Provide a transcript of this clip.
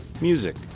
music